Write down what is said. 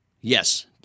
Yes